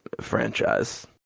franchise